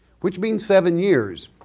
which means seven years.